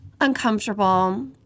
uncomfortable